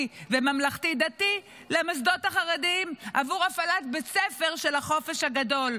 וממלכתי דתי למוסדות החרדיים עבור הפעלת בית ספר של החופש הגדול,